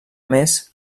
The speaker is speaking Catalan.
més